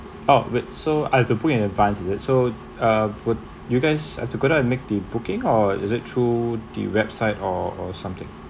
oh with so I have to book in advance is it so uh would you guys that's a good I make the booking or is it through the website or or something